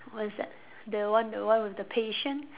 what is that the one the one with the patient